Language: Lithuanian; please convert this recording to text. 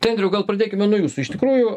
tai andriau gal pradėkime nuo jūsų iš tikrųjų